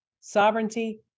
Sovereignty